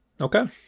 okay